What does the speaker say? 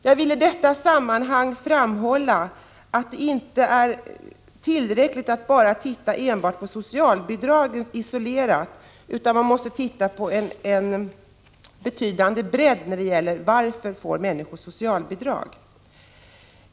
Jag vill i detta sammanhang framhålla att det inte är tillräckligt att isolerat granska socialbidragen, utan man måste bredda denna granskning för att få reda på varför människor söker socialbidrag.